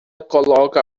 coloca